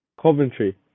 Coventry